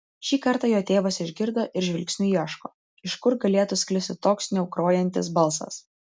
šį kartą jo tėvas išgirdo ir žvilgsniu ieško iš kur galėtų sklisti toks sniaukrojantis balsas